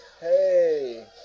Hey